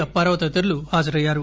అప్పారావు తదితరులు హాజరయ్యారు